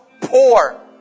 poor